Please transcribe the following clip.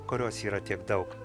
kurios yra tiek daug